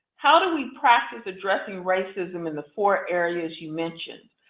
how do we practice addressing racism in the four areas you mentioned?